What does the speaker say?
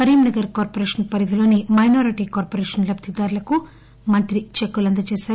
Karimnagar corporation పరిధిలోని minority corporation లబ్దిదారులకు మంత్రి చెక్కులను అందజేశారు